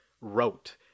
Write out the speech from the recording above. wrote